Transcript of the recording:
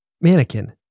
Mannequin